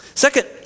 Second